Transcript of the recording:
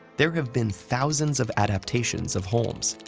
there have been thousands of adaptations of holmes,